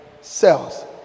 cells